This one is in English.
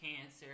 cancer